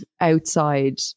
outside